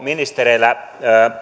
ministereillä